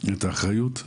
את האחריות.